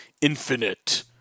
Infinite